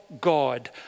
God